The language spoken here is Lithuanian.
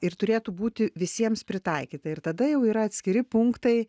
ir turėtų būti visiems pritaikyta ir tada jau yra atskiri punktai